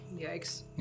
Yikes